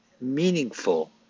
meaningful